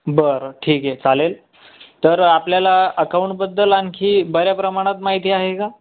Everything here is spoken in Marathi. बरं ठीक आहे चालेल तर आपल्याला अकाउंटबद्दल आणखी बऱ्या प्रमाणात माहिती आहे का